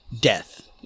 death